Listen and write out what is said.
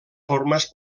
formes